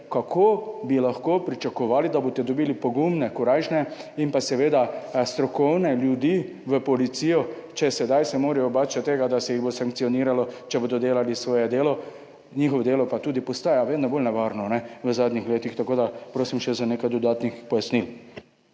Kako lahko pričakujete, da boste dobili pogumne in strokovne ljudi v policijo, če se morajo zdaj bati tega, da se jih bo sankcioniralo, če bodo delali svoje delo, ki pa postaja vedno bolj nevarno v zadnjih letih? Tako da prosim še za nekaj dodatnih pojasnil.